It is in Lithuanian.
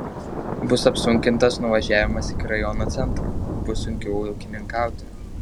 bus apsunkintas nuvažiavimas iki rajono centro bus sunkiau ūkininkauti